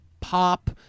pop